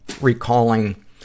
recalling